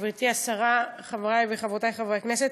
תודה, גברתי השרה, חברי וחברותי חברי הכנסת,